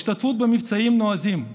השתתפות במבצעים נועזים,